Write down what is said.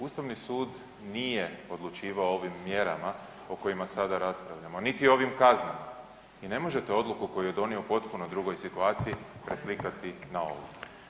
Ustavni sud nije odlučivao o ovim mjerama o kojima sada raspravljamo niti o ovim kaznama i ne možete odluku koju je donio u potpuno drugoj situaciji preslikati na ovu.